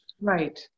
Right